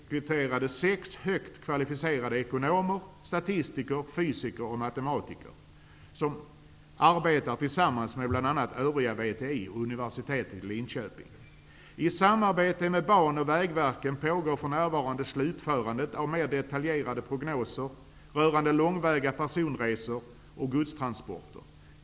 Sex högt kvalificerade ekonomer, statistiker, fysiker och matematiker nyrekryterades för att arbeta tillsammans med bl.a. övriga VTI och universitetet i Linköping. I samarbete med Banverket och Vägverket pågår för närvarande slutförandet av mer detaljerade prognoser rörande långväga personresor och godstransporter.